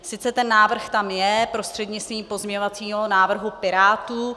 Sice ten návrh tam je prostřednictvím pozměňovacího návrhu Pirátů.